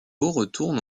retourne